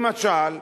למשל,